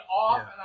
off